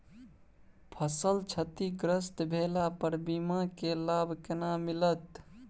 फसल क्षतिग्रस्त भेला पर बीमा के लाभ केना मिलत?